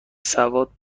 سواد